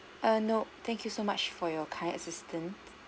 err no thank you so much for your kind assistance